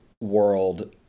world